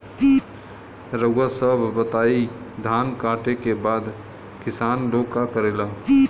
रउआ सभ बताई धान कांटेके बाद किसान लोग का करेला?